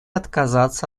отказаться